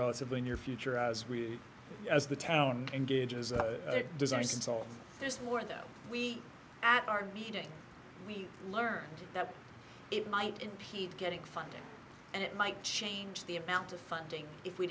relatively near future as we as the town engages designs until there's more of them we at our meeting we learned that it might impede getting funding and it might change the amount of funding if we